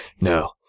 no